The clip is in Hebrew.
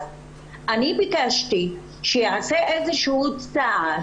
אני ביקשתי שייעשה איזשהו צעד